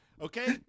okay